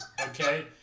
okay